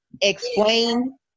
explain